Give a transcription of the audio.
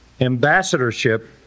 ambassadorship